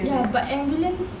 ya but ambulance